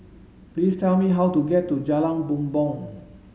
please tell me how to get to Jalan Bumbong